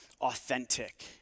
authentic